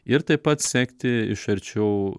ir taip pat sekti iš arčiau